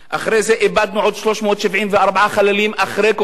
אחרי זה איבדנו עוד 374, חללים, אחרי קום המדינה.